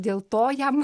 dėl to jam